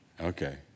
Okay